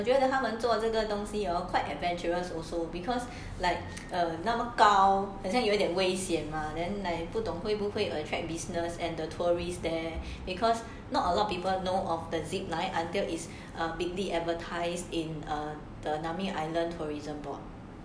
ya 我觉得他们做这个东西 hor quite adventurous also because like 那么高好像有点危险 mah then like 不懂会不会 attract business and the tourists there because not a lot of people know of the zipline until it's bigly advertised in err the nami island tourism board